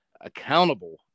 accountable